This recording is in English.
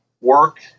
work